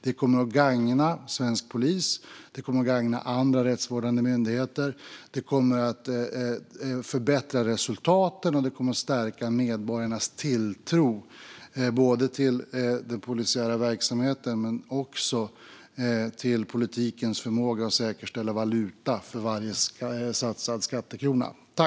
Det kommer att gagna svensk polis. Det kommer att gagna andra rättsvårdande myndigheter. Det kommer att förbättra resultaten, och det kommer att stärka medborgarnas tilltro både till den polisiära verksamheten och till politikens förmåga att säkerställa valuta för varje satsad skattekrona.